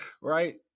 Right